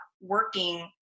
working